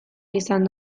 izan